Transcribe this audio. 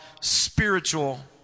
spiritual